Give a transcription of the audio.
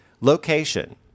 Location